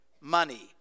money